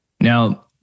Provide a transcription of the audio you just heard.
Now